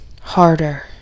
harder